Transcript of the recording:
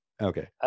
Okay